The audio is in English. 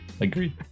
Agreed